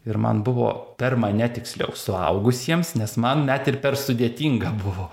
ir man buvo per mane tiksliau suaugusiems nes man net ir per sudėtinga buvo